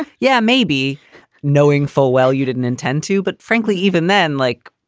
yeah. maybe knowing full well you didn't intend to. but frankly, even then, like